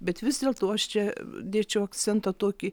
bet vis dėlto aš čia dėčiau akcentą tokį